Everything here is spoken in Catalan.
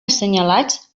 assenyalats